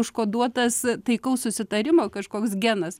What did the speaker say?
užkoduotas taikaus susitarimo kažkoks genas